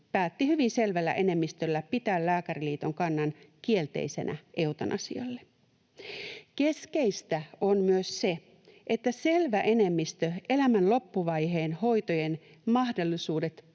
päätti hyvin selvällä enemmistöllä pitää Lääkäriliiton kannan kielteisenä eutanasialle. Keskeistä on myös se, että selvä enemmistö elämän loppuvaiheen hoitojen mahdollisuudet